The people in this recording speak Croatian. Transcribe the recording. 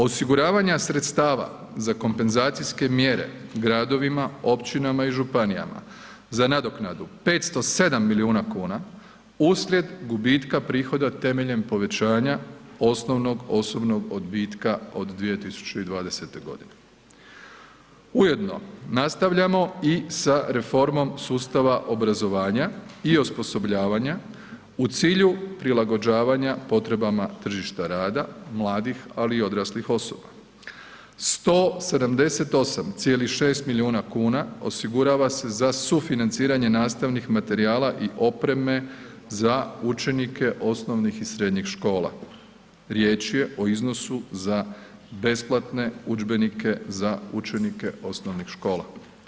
Osiguravanja sredstava za kompenzacijske mjere gradovima, općinama i županijama za nadoknadu 507 milijuna kuna uslijed gubitka prihoda temeljem povećanja osnovnog osobnog odbitka od 2020.g. Ujedno, nastavljamo i sa reformom sustava obrazovanja i osposobljavanja u cilju prilagođavanja potrebama tržišta rada mladih, ali i odraslih osoba, 178,6 milijuna kuna osigurava se za sufinanciranje nastavnih materijala i opreme za učenike osnovnih i srednjih škola, riječ je o iznosu za besplatne udžbenike za učenike osnovnih škola.